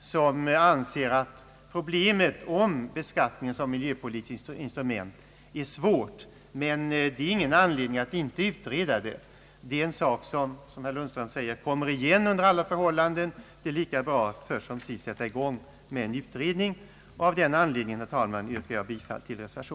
som förklarar att problemet med beskattningen som miljöpolitiskt instru ment är svårt men att detta inte är någon anledning att inte utreda det. Detta är en sak som — såsom herr Lundström säger — kommer igen under alla förhållanden. Det är lika bra att först som sist sätta i gång med en utredning. Av den anledningen, herr talman, yrkar jag bifall till reservationen.